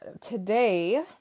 today